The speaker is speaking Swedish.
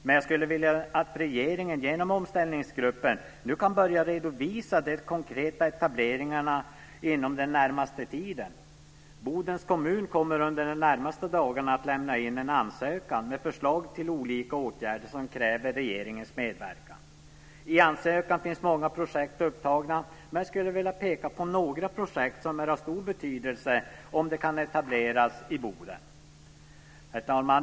Men jag skulle vilja att regeringen genom omställningsgruppen nu kunde börja redovisa de konkreta etableringarna den närmaste tiden. Bodens kommun kommer under de närmaste dagarna att lämna in en ansökan med förslag till olika åtgärder som kräver regeringens medverkan. I ansökan finns många projekt upptagna, men jag skulle vilja peka på några projekt som vore av stor betydelse om de kunde etableras i Boden. Herr talman!